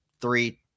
three